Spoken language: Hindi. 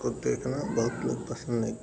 और देखना बहुत लोग पसन्द नहीं करते हैं